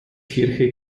kirche